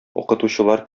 укытучылар